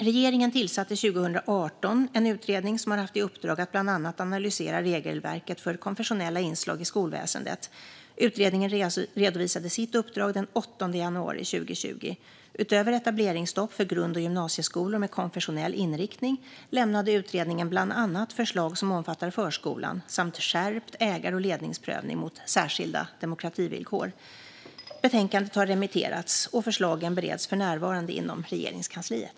Regeringen tillsatte 2018 en utredning som har haft i uppdrag att bland annat analysera regelverket för konfessionella inslag i skolväsendet. Utredningen redovisade sitt uppdrag den 8 januari 2020. Utöver etableringsstopp för grund och gymnasieskolor med konfessionell inriktning lämnade utredningen bland annat förslag som omfattar förskolan samt skärpt ägar och ledningsprövning mot särskilda demokrativillkor. Betänkandet har remitterats, och förslagen bereds för närvarande inom Regeringskansliet.